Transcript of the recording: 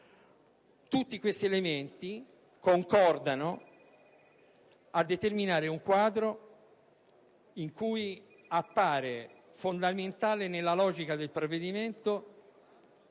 Tutti questi elementi concorrono a determinare un quadro in cui appare fondamentale, nella logica del provvedimento,